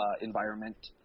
environment